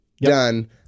done